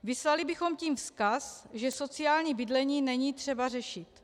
Vyslali bychom tím vzkaz, že sociální bydlení není třeba řešit.